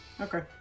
Okay